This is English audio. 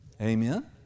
Amen